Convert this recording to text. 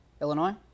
Illinois